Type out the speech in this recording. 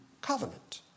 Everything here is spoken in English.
covenant